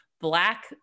black